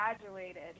graduated